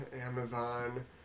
Amazon